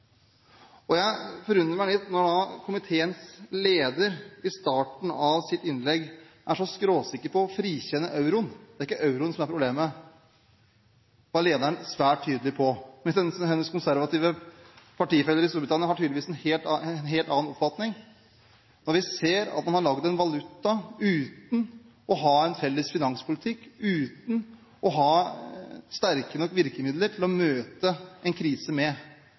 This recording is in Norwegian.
forundrer meg litt at komiteens leder i starten av sitt innlegg var så skråsikker når det gjaldt å frikjenne euroen. Det er ikke euroen som er problemet, var lederen svært tydelig på, mens hennes konservative partifeller i Storbritannia tydeligvis har en helt annen oppfatning. Man har laget en valuta uten å ha en felles finanspolitikk, uten å ha sterke nok virkemidler til å møte en krise med.